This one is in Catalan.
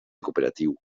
cooperatiu